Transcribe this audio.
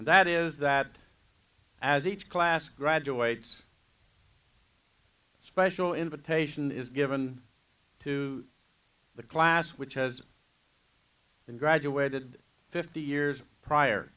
and that is that as each class graduates special invitation is given to the class which has been graduated fifty years prior